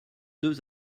deux